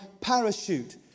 parachute